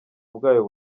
bwayo